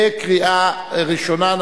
בקריאה ראשונה.